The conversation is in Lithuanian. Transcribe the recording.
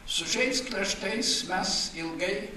su šiais kraštais mes ilgai